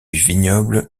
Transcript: vignobles